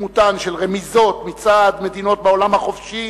בדמותן של רמיזות מצד מדינות בעולם החופשי